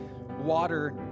water